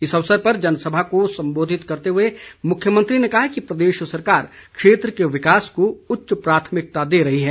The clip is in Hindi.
इस अवसर पर जनसभा को संबोधित करते हुए मुख्यमंत्री ने कहा कि प्रदेश सरकार क्षेत्र के विकास को उच्च प्राथमिकता दे रही है